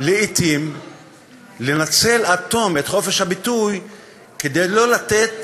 לעתים לנצל עד תום את חופש הביטוי כדי לא לתת